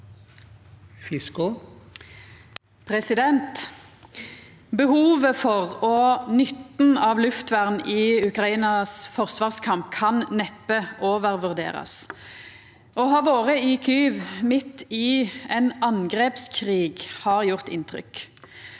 Behovet for og nytten av luftvern i Ukrainas forsvarskamp kan neppe overvurderast. Å ha vore i Kyiv midt i ein angrepskrig har gjort inntrykk.